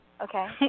Okay